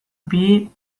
bihi